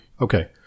Okay